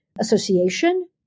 association